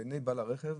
בעיניי בעל הרכב.